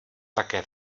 také